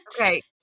Okay